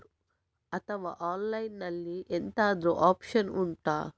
ಅಥವಾ ಆನ್ಲೈನ್ ಅಲ್ಲಿ ಎಂತಾದ್ರೂ ಒಪ್ಶನ್ ಉಂಟಾ